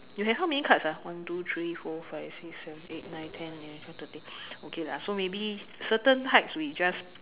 you have how many cards ah one two three four five six seven eight nine ten eleven twelve thirteen okay lah maybe certain types we just